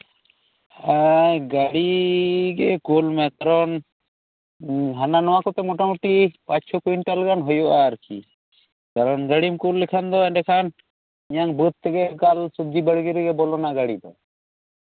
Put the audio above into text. ᱮᱸ ᱜᱟᱹᱰᱤᱜᱮ ᱠᱩᱞᱢᱮ ᱠᱟᱨᱚᱱ ᱦᱟᱱᱟ ᱱᱟᱣᱟ ᱠᱚᱛᱮ ᱢᱳᱴᱟᱢᱩᱴᱤ ᱯᱟᱸᱪ ᱪᱷᱚ ᱠᱩᱭᱚᱱᱴᱟᱞ ᱜᱟᱱ ᱦᱩᱭᱩᱜᱼᱟ ᱟᱨᱠᱤ ᱠᱟᱨᱚᱱ ᱜᱟᱹᱰᱤᱢ ᱠᱩᱞ ᱞᱮᱠᱷᱟᱱ ᱫᱚ ᱮᱱᱰᱮᱠᱷᱟᱱ ᱤᱧᱟᱹᱜ ᱵᱟᱹᱫ ᱛᱮᱜᱮ ᱮᱠᱟᱞ ᱥᱚᱵᱡᱤ ᱵᱟᱲᱜᱮ ᱨᱮᱜᱮ ᱵᱚᱞᱚᱱᱟ ᱜᱟᱹᱰᱤ ᱫᱚ